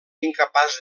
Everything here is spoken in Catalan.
incapaç